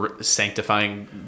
sanctifying